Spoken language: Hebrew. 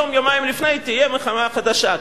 יום-יומיים לפני תהיה מלחמה חדשה,